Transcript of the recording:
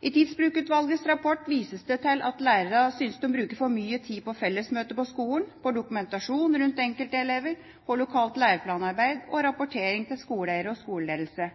I Tidsbrukutvalgets rapport vises det til at lærerne synes de bruker for mye tid på fellesmøter på skolen, på dokumentasjon rundt enkeltelever, på lokalt læreplanarbeid og rapportering til skoleeier og skoleledelse.